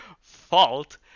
fault